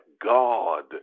God